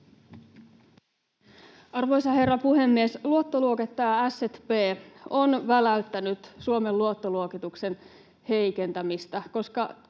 Arvoisa herra puhemies! Luottoluokittaja S&P on väläyttänyt Suomen luottoluokituksen heikentämistä,